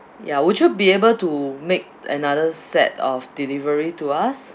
ya would you be able to make another set of delivery to us